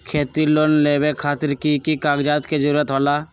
खेती लोन लेबे खातिर की की कागजात के जरूरत होला?